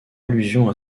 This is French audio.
allusion